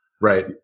Right